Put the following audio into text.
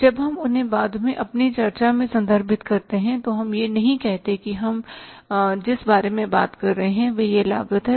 जब हम उन्हें बाद में अपनी चर्चा में संदर्भित करते हैं तो हम यह नहीं कहते कि हम जिस बारे में बात कर रहे हैं वह यह लागत है